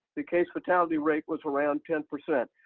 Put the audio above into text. the case fatality rate was around ten percent.